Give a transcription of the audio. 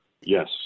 Yes